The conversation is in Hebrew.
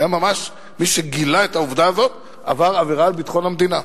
זה היה ממש מי שגילה את העובדה הזאת עבר עבירה על ביטחון המדינה.